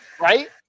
Right